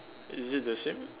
is it the same